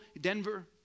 Denver